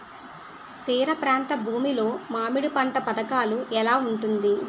తీర ప్రాంత భూమి లో మామిడి పంట పథకాల ఎలా ఉంటుంది?